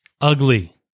Ugly